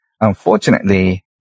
unfortunately